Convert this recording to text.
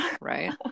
right